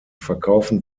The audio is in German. verkaufen